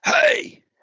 Hey